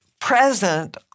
present